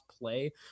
play